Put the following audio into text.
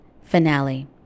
Finale